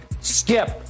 Skip